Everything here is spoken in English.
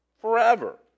forever